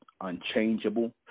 unchangeable